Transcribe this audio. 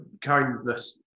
kindness